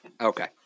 Okay